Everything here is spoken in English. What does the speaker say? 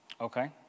Okay